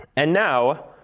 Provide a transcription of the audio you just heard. and now,